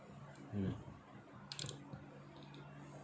mm